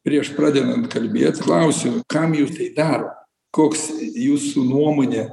prieš pradedant kalbėt klausiau kam jūs tai darot koks jūsų nuomone